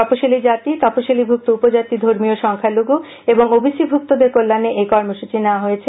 তপশিলি আতি তপশিলিভুক্ত উপজাতি ধর্মীয় সংখ্যালঘু এবং ওবিসিভুক্তদের কল্যাণে এই কর্মসূচি নেওয়া হয়েছে